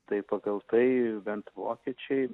tai pagal tai bent vokiečiai